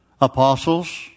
Apostles